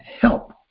help